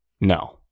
No